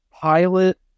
pilot